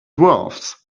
wolves